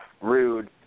rude